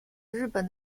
日本